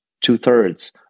two-thirds